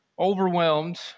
overwhelmed